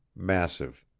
massive,